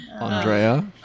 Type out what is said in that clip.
Andrea